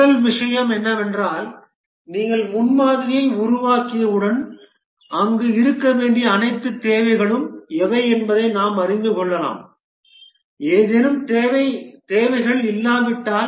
முதல் விஷயம் என்னவென்றால் நீங்கள் முன்மாதிரியை உருவாக்கியவுடன் அங்கு இருக்க வேண்டிய அனைத்து தேவைகளும் எவை என்பதை நாம் அறிந்து கொள்ளலாம் ஏதேனும் தேவைகள் இல்லாவிட்டால்